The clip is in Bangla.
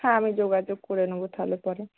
হ্যাঁ আমি যোগাযোগ করে নেবো তাহলে পরে